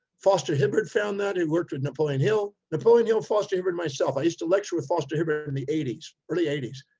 foster hibbard found that, he worked with napoleon hill, napoleon hill, foster hibbard and myself. i used to lecture with foster hibbard in the eighties, early eighties.